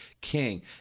king